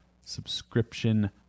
subscription